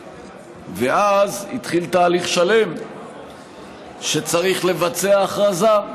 ואז התחיל תהליך שלם שצריך לבצע הכרזה,